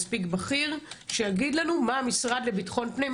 בכיר מהמשרד שיגיד לנו מה תוכנית המשרד לביטחון הפנים.